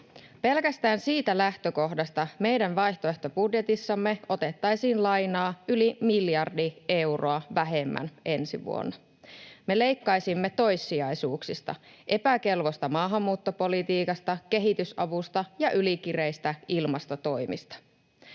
Pelkästään siitä lähtökohdasta meidän vaihtoehtobudjetissamme otettaisiin lainaa yli miljardi euroa vähemmän ensi vuonna. Me leikkaisimme toissijaisuuksista: epäkelvosta maahanmuuttopolitiikasta, kehitysavusta ja ylikireistä ilmastotoimista.